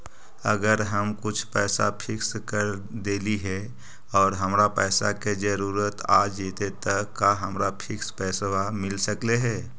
अगर हम कुछ पैसा फिक्स कर देली हे और हमरा पैसा के जरुरत आ जितै त का हमरा फिक्स पैसबा मिल सकले हे?